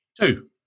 Two